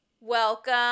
welcome